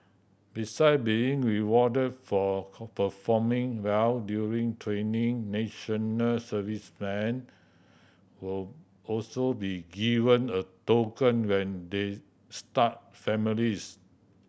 beside being rewarded for performing well during training national servicemen will also be given a token when they start families